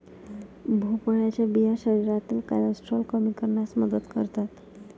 भोपळ्याच्या बिया शरीरातील कोलेस्टेरॉल कमी करण्यास मदत करतात